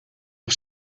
nog